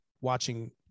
watching